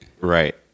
Right